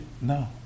No